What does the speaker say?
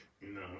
No